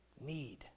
need